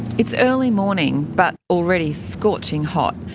it's early morning but already scorching hot.